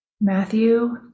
Matthew